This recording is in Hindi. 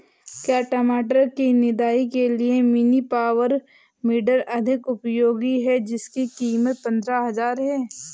क्या टमाटर की निदाई के लिए मिनी पावर वीडर अधिक उपयोगी है जिसकी कीमत पंद्रह हजार है?